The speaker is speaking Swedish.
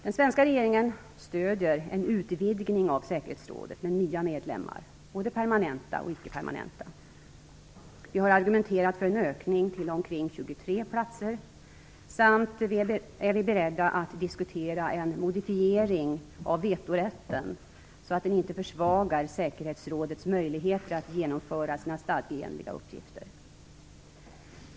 Den svenska regeringen stöder en utvidgning av säkerhetsrådet med nya medlemmar, både permanenta och icke-permanenta. Vi har argumenterat för en ökning till omkring 23 platser. Vi är också beredda att diskutera en modifiering av vetorätten så att den inte försvagar säkerhetsrådets möjligheter att genomföra sina stadgeenliga uppgifter.